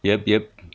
yup yup